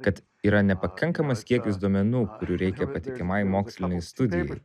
kad yra nepakankamas kiekis duomenų kurių reikia patikimai mokslinei studijai